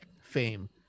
fame